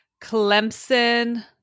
Clemson